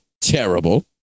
terrible